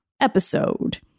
episode